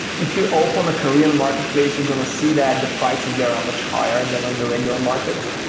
if you open a korean marketplace, you're going to see that the prices there are much higher than on the regular markets,